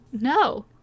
no